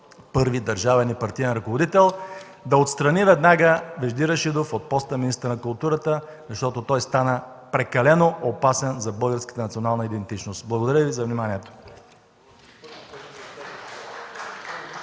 първи държавен и партиен ръководител, да отстрани веднага Вежди Рашидов от поста министър на културата, защото той стана прекалено опасен за българската национална идентичност. Благодаря Ви за вниманието.